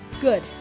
good